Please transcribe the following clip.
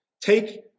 Take